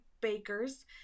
bakers